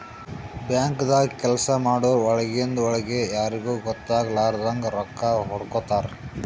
ಬ್ಯಾಂಕ್ದಾಗ್ ಕೆಲ್ಸ ಮಾಡೋರು ಒಳಗಿಂದ್ ಒಳ್ಗೆ ಯಾರಿಗೂ ಗೊತ್ತಾಗಲಾರದಂಗ್ ರೊಕ್ಕಾ ಹೊಡ್ಕೋತಾರ್